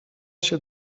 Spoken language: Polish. się